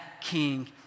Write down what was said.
king